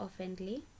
oftenly